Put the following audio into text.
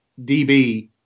DB